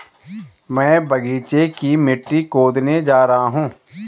मैं बगीचे की मिट्टी कोडने जा रहा हूं